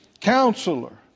counselor